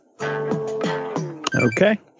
Okay